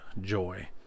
joy